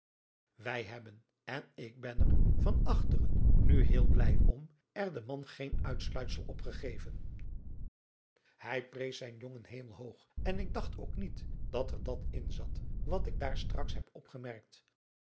wij hebben en ik ben er van achteren nu heel blij om er den man geen uitsluitsel op gegeven hij prees zijn jongen hemelhoog en ik dacht ook niet dat er dat inzat wat ik daar straks heb opgemerkt